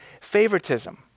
favoritism